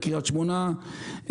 קרית שמונה,